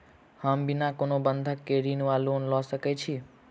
हम बिना कोनो बंधक केँ ऋण वा लोन लऽ सकै छी?